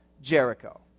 Jericho